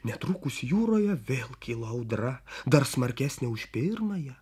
netrukus jūroje vėl kilo audra dar smarkesnė už pirmąją